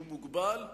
שהוא מוגבל,